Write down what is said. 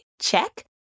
Check